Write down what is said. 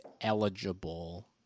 eligible